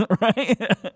Right